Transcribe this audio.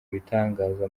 ibitangaza